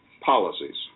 policies